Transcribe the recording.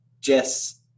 Jess